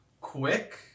quick